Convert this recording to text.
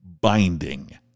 binding